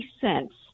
cents